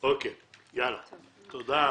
תודה.